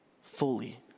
fully